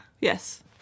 yes